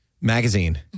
magazine